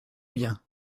bien